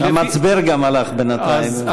המצבר גם הלך בינתיים.